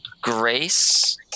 grace